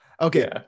okay